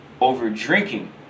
Overdrinking